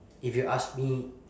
if you ask me